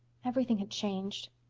everything had changed.